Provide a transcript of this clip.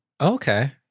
Okay